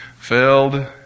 filled